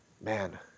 man